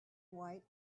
white